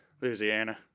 Louisiana